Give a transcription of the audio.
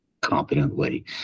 competently